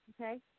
Okay